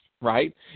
right